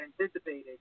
anticipated